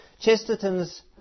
Chesterton's